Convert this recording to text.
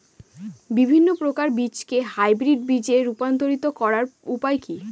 বিভিন্ন প্রকার বীজকে হাইব্রিড বীজ এ রূপান্তরিত করার উপায় কি?